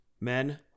men